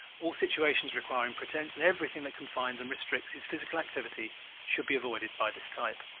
all situations requiring pretence, and everything that confines and restricts his physical activity should be avoided by this type.